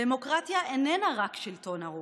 דמוקרטיה איננה רק שלטון הרוב.